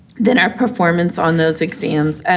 then our performance on those exams. and